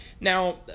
Now